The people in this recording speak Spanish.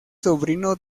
sobrino